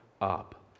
up